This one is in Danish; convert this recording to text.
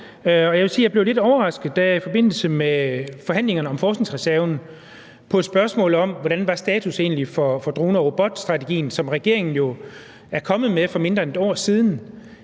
jeg blev lidt overrasket, da jeg i forbindelse med forhandlingerne om forskningsreserven på et spørgsmål om, hvad status egentlig var for drone- og robotstrategien, som regeringen jo er kommet med for mindre end et år siden,